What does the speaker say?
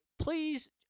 please